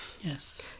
Yes